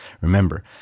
Remember